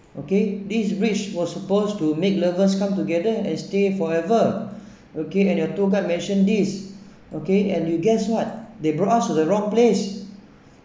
okay this bridge was supposed to make lovers come together and stay forever okay and your tour guide mentioned this okay and you guess what they brought us to the wrong place